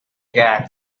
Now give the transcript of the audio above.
gag